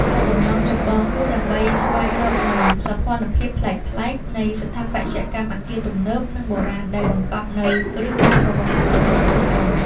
គោលបំណងចម្បងគឺដើម្បីស្វែងរកនូវសោភ័ណភាពប្លែកៗនៃស្ថាបត្យកម្មអាគារទំនើប និងបុរាណដែលបង្កប់នូវរឿងរ៉ាវប្រវត្តិសាស្ត្រក្នុងទីក្រុង។